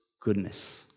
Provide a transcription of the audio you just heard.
goodness